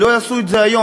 לא יעשו את זה היום.